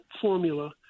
formula